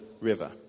River